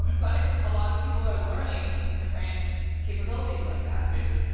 but a lot of people are learning different capabilities like that. yeah.